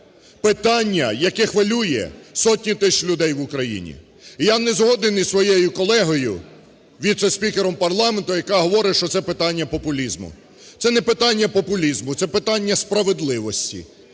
питання, яке хвилює сотні тисяч людей в Україні. Я не згоден із своєю колегою віце-спікером парламенту, яка говоре, що це питання популізму. Це не питання популізму, це питання справедливості